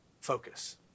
focus